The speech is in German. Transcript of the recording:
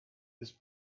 ist